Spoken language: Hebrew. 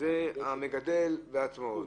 זה המגדל בעצמו.